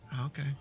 Okay